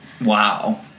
Wow